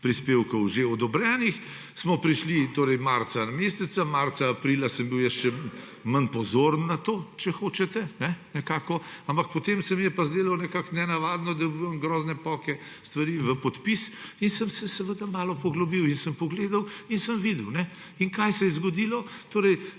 prispevkov že odobrenih. Prišli smo meseca marca, marca in aprila sem bil jaz še manj pozoren na to, če hočete, ampak potem se mi je pa zdelo nekako nenavadno, da dobivam grozne poke stvari v podpis, in sem se seveda malo poglobil in sem pogledal in sem videl. Kaj se je zgodilo? Stvari,